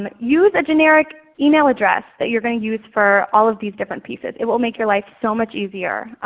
but use a generic email address that you're going to use for all of these different pieces. it will make your life so much easier.